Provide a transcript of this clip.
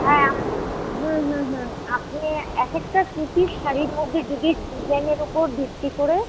হ্যাঁ হুম হুম হুম আপনি এক একটা সুতির শাড়ির মধ্যে যদি ডিজাইনের উপর ভিত্তি করে